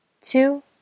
two